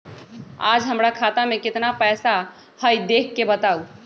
आज हमरा खाता में केतना पैसा हई देख के बताउ?